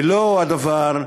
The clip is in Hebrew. ולא הדבר,